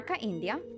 India